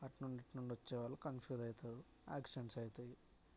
అటు నుండి ఇటు నుండి వచ్చేవాళ్ళు కన్ఫ్యూజ్ అవుతారు యాక్సిడెంట్స్ అవుతాయి